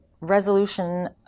resolution